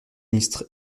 ministre